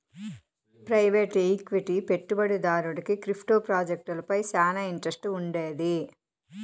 private equity పెట్టుబడిదారుడికి crypto ప్రాజెక్టులపై శానా ఇంట్రెస్ట్ వుండాది